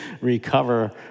recover